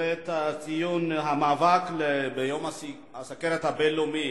במסגרת ציון יום הסוכרת הבין-לאומי,